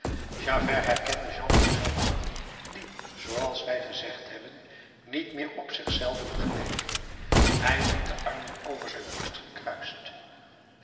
javert herkende jean valjean niet die zooals wij gezegd hebben niet meer op zich zelven geleek hij liet de armen over zijn borst gekruist